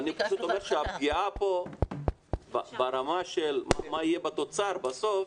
אני פשוט אומר שהפגיעה פה ברמה של מה יהיה בתוצר בסוף,